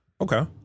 okay